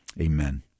amen